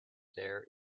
there